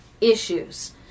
issues